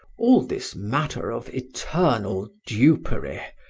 all this matter of eternal dupery,